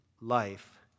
life